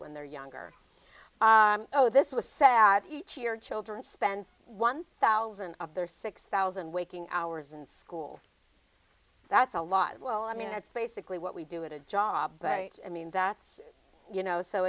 when they're younger oh this was sad each year children spend one thousand of their six thousand waking hours in school that's a lot well i mean that's basically what we do in a job but it's a mean that's you know so